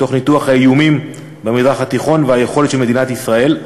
תוך ניתוח האיומים במזרח התיכון והיכולת של מדינת ישראל.